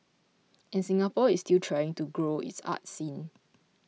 and Singapore is still trying to grow its arts scene